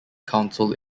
council